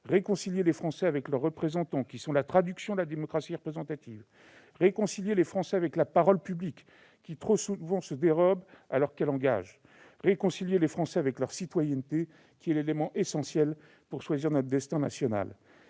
réconcilier avec leurs représentants, qui sont la traduction de la démocratie représentative ; les réconcilier avec la parole publique, qui trop souvent se dérobe alors qu'elle engage ; les réconcilier avec leur citoyenneté, qui est l'élément essentiel pour choisir notre destin national.